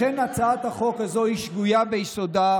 לכן הצעת החוק הזו היא שגויה מיסודה,